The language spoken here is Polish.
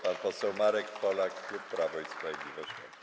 Pan poseł Marek Polak, klub Prawo i Sprawiedliwość.